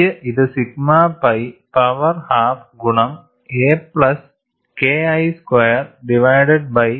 എനിക്ക് ഇത് sigma pi power half ഗുണം a plus KI square divided by